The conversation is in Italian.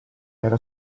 era